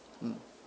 mm